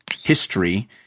history